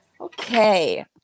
Okay